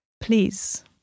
Please